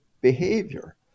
behavior